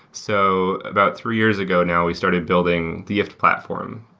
so about three years ago now we started building the ifttt platform.